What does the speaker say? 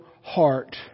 heart